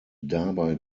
dabei